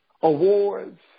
Awards